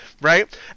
Right